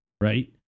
right